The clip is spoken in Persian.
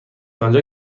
آنجا